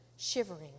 shivering